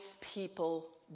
people